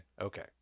okay